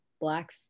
black